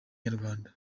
nyarwanda